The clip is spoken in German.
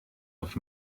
auf